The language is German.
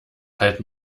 halt